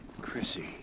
Chrissy